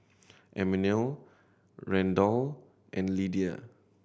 Emmanuel Randell and Lydia